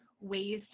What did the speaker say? ways